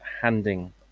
handing